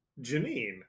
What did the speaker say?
janine